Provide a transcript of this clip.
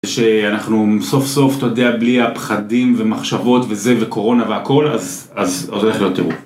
כשאנחנו סוף סוף, אתה יודע, בלי הפחדים ומחשבות וזה וקורונה והכול, אז אז הולך להיות טירוף.